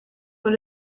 con